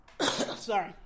sorry